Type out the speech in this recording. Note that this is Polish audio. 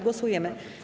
Głosujemy.